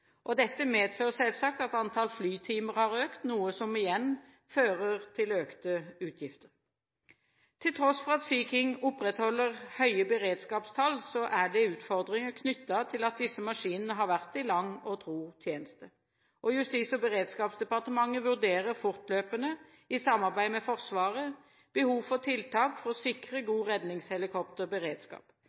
Dette medfører selvsagt at antall flytimer har økt, noe som igjen fører til økte utgifter. Til tross for at Sea King opprettholder høye beredskapstall, er det utfordringer knyttet til at disse maskinene har vært i lang og tro tjeneste. Justis- og beredskapsdepartementet vurderer fortløpende, i samarbeid med Forsvaret, behovene for tiltak for å sikre god redningshelikopterberedskap.